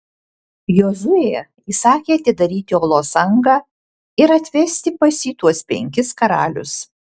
jozuė įsakė atidaryti olos angą ir atvesti pas jį tuos penkis karalius